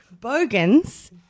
Bogans